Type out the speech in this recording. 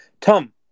tom